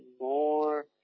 more